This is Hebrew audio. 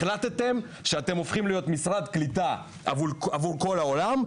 החלטתם שאתם הופכים להיות משרד קליטה עבור כל העולם,